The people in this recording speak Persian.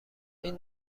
این